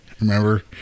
remember